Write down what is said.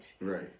Right